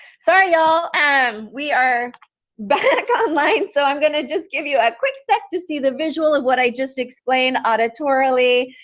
sorry y'all, um we are back on line. so i'm gonna just give you a quick sec to see the visual of what i just explained auditorally,